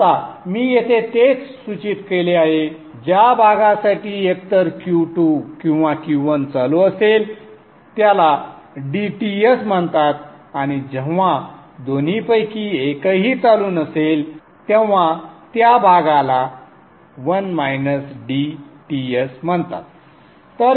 आता मी येथे तेच सूचित केले आहे ज्या भागासाठी एकतर Q2 किंवा Q1 चालू असेल त्याला dTs म्हणतात आणि जेव्हा दोन्हीपैकी एकही चालू नसेल तेव्हा भागाला 1 - dTs म्हणतात